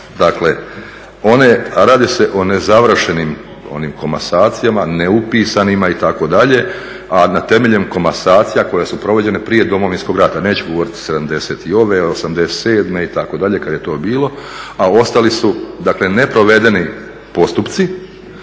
Dakle, radi se o nezavršenim onim komasacijama, neupisanima itd., a na temelju komasacija koje su provođene prije Domovinskog rata. Neću govoriti sedamdeset i ove, osamdeset i sedme itd. kad je to bilo, a ostali su, dakle neprovedeni postupci